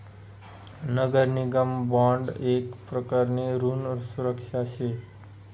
नगर निगम बॉन्ड येक प्रकारनी ऋण सुरक्षा शे